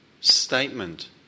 statement